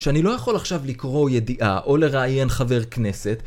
שאני לא יכול עכשיו לקרוא ידיעה או לראיין חבר כנסת